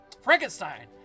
Frankenstein